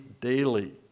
daily